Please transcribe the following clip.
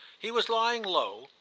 he was lying low,